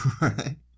Right